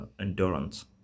endurance